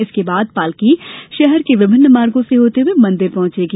इसके बाद पालकी षहर के विभिन्न मार्गो से होते हए मंदिर पहुंचेगी